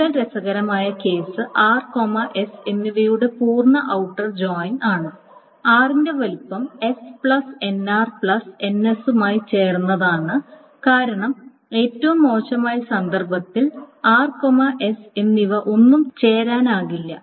കൂടുതൽ രസകരമായ case r s എന്നിവയുടെ പൂർണ്ണ ഔട്ടർ ജോയിൻ ആണ് r ന്റെ വലുപ്പം s plus nr plus ns മായി ചേർന്നതാണ് കാരണം ഏറ്റവും മോശമായ സന്ദർഭത്തിൽ r s എന്നിവ ഒന്നും ചേരാനാകില്ല